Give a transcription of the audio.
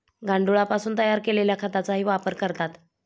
गांडुळापासून तयार केलेल्या खताचाही वापर करतात